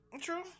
True